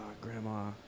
grandma